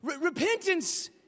Repentance